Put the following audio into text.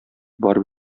барып